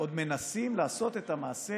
עוד מנסים לעשות את המעשה